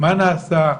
מה נעשה,